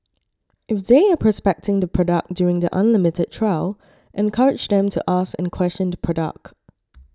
if they are prospecting the product during the unlimited trial encourage them to ask and question the product